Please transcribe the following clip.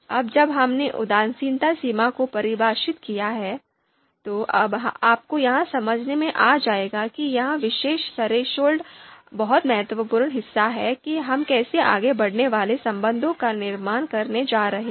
अब जब हमने उदासीनता सीमा को परिभाषित किया है तो अब आपको यह समझ में आ जाएगा कि ये विशेष थ्रेशोल्ड बहुत महत्वपूर्ण हिस्सा हैं कि हम कैसे आगे बढ़ने वाले संबंधों का निर्माण करने जा रहे हैं